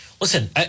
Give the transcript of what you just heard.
listen